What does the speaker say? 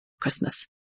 Christmas